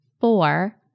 Four